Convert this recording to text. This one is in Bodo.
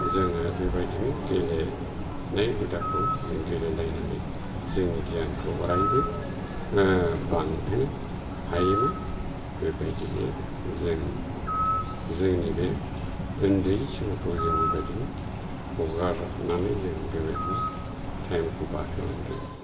जोङो बेबादिनो गेलेनाय हुदाखौ जों गेलेलायनानै जोंनि गियानखौ अरायबो बांहोनो हायोमोन बेबादिनो जों जोंनि बे ओन्दै समखौ जों बेबादिनो हगारनानै जों बेबायदिनो थाइमखौ बारहोनांदों